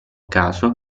caso